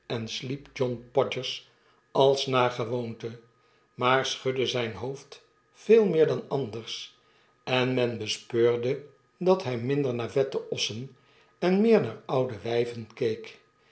als naar gewoonte maar schudde zyn hoofd veel meer dan anders en men bespeurde dat hy minder naar vette ossen en meer naar oude wyven keek